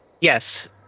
Yes